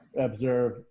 observe